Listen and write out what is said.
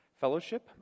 fellowship